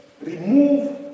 remove